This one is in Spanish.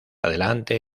adelante